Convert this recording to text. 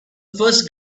first